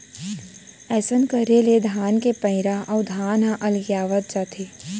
अइसन करे ले धान के पैरा अउ धान ह अलगियावत जाथे